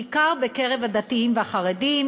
בעיקר בקרב הדתיים והחרדים.